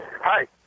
Hi